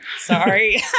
Sorry